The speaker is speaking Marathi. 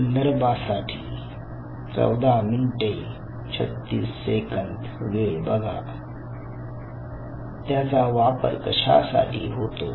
संदर्भासाठी 1436 वेळ बघा त्याचा वापर कशासाठी होतो